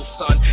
son